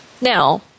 Now